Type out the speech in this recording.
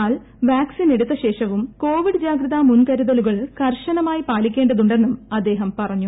എന്നാൽ വാക്സിനെടുത്തശേഷവും കോവിഡ് ജാഗ്രതാ മുൻകരുതലുകൾ കർശനമായി പാലിക്കേണ്ടതുണ്ടെന്നും അദ്ദേഹം പറഞ്ഞു